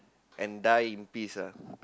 and die in peace ah